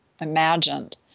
imagined